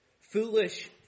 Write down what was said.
foolish